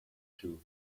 too